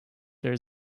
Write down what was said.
there